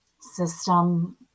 system